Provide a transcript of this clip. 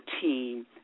team